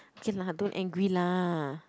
okay lah don't angry lah